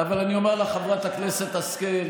אבל אני אומר לך, חברת הכנסת השכל,